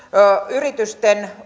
yritysten